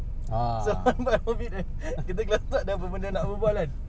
senang buat profit kita kelakar tak ada benda nak berbual kan